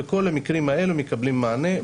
וכל המקרים האלה מקבלים מענה.